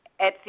Etsy